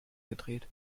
gedreht